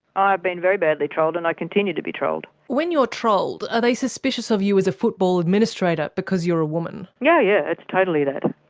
i've been very badly trolled and i continue to be trolled. when you're trolled, are they suspicious of you as a football administrator because you're a woman? yeah, yeah. it's totally that.